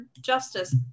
justice